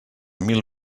mil